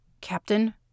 Captain